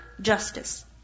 Justice